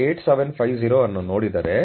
8750 ಅನ್ನು ನೋಡಿದರೆ